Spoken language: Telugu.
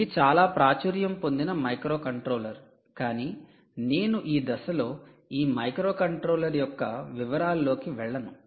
ఇది చాలా ప్రాచుర్యం పొందిన మైక్రోకంట్రోలర్ కాని నేను ఈ దశలో ఈ మైక్రోకంట్రోలర్ యొక్క వివరాలలోకి వెళ్ళను